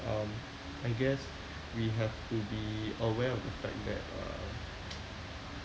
um I guess we have to be aware of the fact that uh